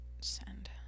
send